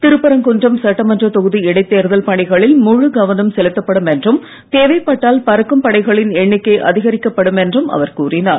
திருப்பரங்குன்றம் சட்டமன்ற தொகுதி இடைத் தேர்தல் பணிகளில் முழு கவனம் செலுத்தப்படும் என்றும் தேவைப்பட்டால் பறக்கும் படைகளின் எண்ணிக்கை அதிகரிக்கப்படும் என்றும் அவர் கூறினார்